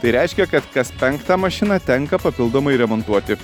tai reiškia kad kas penktą mašiną tenka papildomai remontuoti